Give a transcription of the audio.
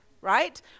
right